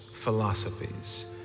philosophies